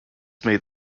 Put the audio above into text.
made